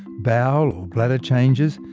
bowel or bladder changes,